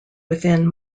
within